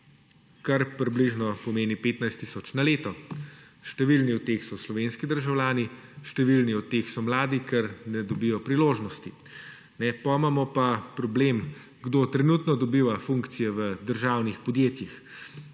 kar približno pomeni 15 tisoč na leto. Številni od teh so slovenski državljani, številni od teh so mladi, ker ne dobijo priložnosti. Potem imamo pa problem kdo trenutno dobiva funkcije v državnih podjetjih.